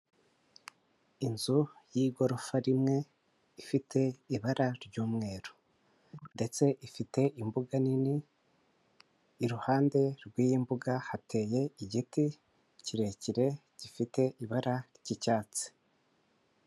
Inzu y'igorofa rimwe ifite ibara ry'umweru ndetse ifite imbuga nini iruhande rw'iyo mbuga hateye igiti kirekire gifite ibara ry'icyatsi.